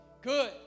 good